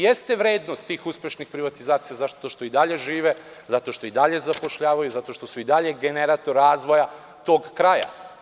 Jeste vrednost tih uspešnih privatizacija zato što i dalje žive, zato što i dalje zapošljavaju, zato što su i dalje generator razvoja tog kraja.